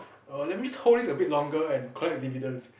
err let me just hold this a bit longer and collect dividend